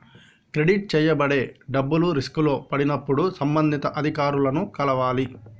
credit చేయబడే డబ్బులు రిస్కులో పడినప్పుడు సంబంధిత అధికారులను కలవాలి